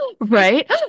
Right